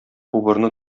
убырны